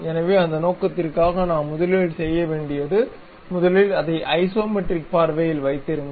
எனவே அந்த நோக்கத்திற்காக நாம் முதலில் செய்ய வேண்டியது முதலில் அதை ஐசோமெட்ரிக் பார்வையில் வைத்திருங்கள்